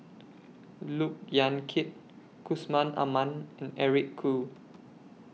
Look Yan Kit Yusman Aman and Eric Khoo